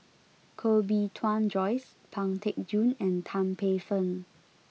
Koh Bee Tuan Joyce Pang Teck Joon and Tan Paey Fern